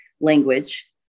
language